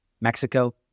Mexico